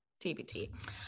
TBT